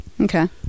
Okay